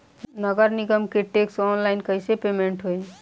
नगर निगम के टैक्स ऑनलाइन कईसे पेमेंट होई?